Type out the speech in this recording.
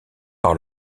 par